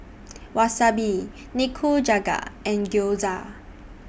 Wasabi Nikujaga and Gyoza